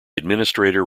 administrator